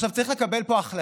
עכשיו, צריך לקבל פה החלטה,